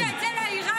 תגיד את זה לאיראנים